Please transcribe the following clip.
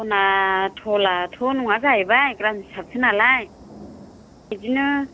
सना टलाथ' नङा जाहैबाय ग्राम हिसाबसो नालाय बिदिनो